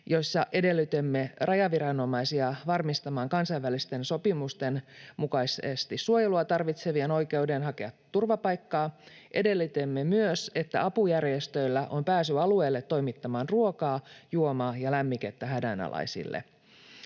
joissa edellytimme rajaviranomaisia varmistamaan kansainvälisten sopimusten mukaisesti suojelua tarvitsevien oikeuden hakea turvapaikkaa. Edellytimme myös, että apujärjestöillä on pääsy alueelle toimittamaan ruokaa, juomaa ja lämmikettä hädänalaisille.